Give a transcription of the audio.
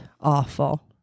awful